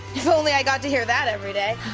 if only i got to hear that every day.